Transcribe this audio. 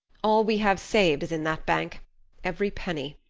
all we have saved is in that bank every penny.